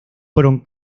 fueron